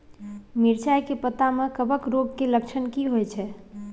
मिर्चाय के पत्ता में कवक रोग के लक्षण की होयत छै?